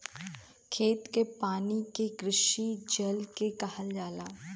खेत के पानी के कृषि जल भी कहल जाला